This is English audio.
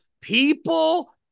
people